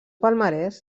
palmarès